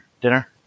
dinner